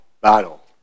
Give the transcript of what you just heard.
battle